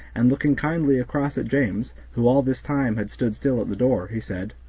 and looking kindly across at james, who all this time had stood still at the door, he said,